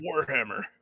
Warhammer